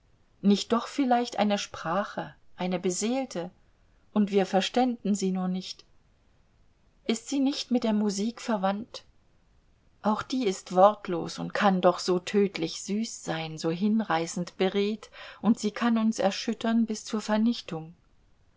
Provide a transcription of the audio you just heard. nicht doch vielleicht eine sprache eine beseelte und wir verständen sie nur nicht ist sie nicht mit der musik verwandt auch die ist wortlos und kann doch so tödlich süß sein so hinreißend beredt und sie kann uns erschüttern bis zur vernichtung